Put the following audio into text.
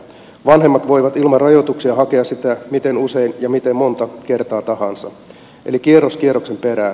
vanhemmat voivat ilman rajoituksia hakea sitä miten usein ja miten monta kertaa tahansa eli kierros kierroksen perään